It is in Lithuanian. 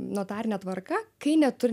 notarine tvarka kai neturi